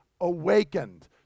awakened